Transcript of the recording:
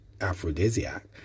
Aphrodisiac